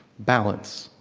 balance.